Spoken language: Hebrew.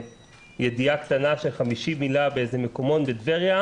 ידיעה קטנה של 50 מילה של מקומון בטבריה,